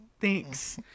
Thanks